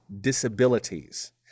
disabilities